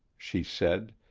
she said,